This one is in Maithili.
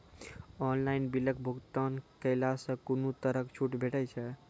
ऑनलाइन बिलक भुगतान केलासॅ कुनू तरहक छूट भेटै छै?